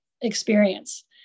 experience